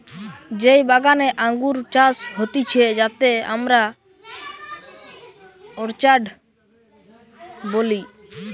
যেই বাগানে আঙ্গুর চাষ হতিছে যাতে আমরা অর্চার্ড বলি